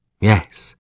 Yes